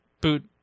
boot